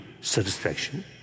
satisfaction